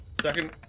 Second